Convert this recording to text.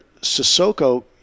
Sissoko